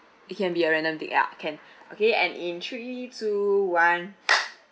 it can be a random thing ya can okay and in three two one